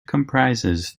comprises